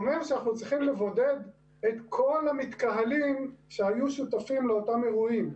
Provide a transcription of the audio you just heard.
אומר שאנחנו צריכים לבודד את כל המתקהלים שהיו שותפים לאותם אירועים,